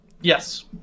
Yes